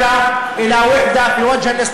רק לסכם בבקשה.